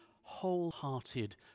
wholehearted